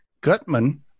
Gutman